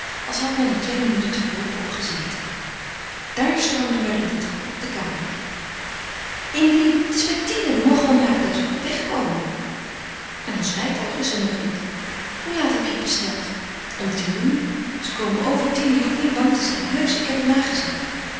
als had men er twee minuten te voren op gezeten daar stormde marie de trap op de kamer in emilie het is bij tienen we mogen wel maken dat we wegkomen en ons rijtuig is er nog niet hoe laat heb je het besteld om tien uur ze komen over tienen je hoeft niet bang te zijn heusch ik heb het nagezien